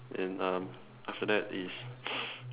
and um after that is